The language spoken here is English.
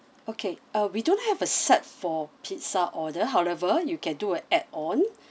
okay uh we don't have a set for pizza order however you can do a add on